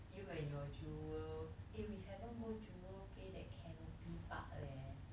you and your jewel eh we haven't go jewel play that canopy park leh